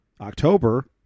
October –